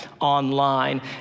online